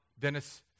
Dennis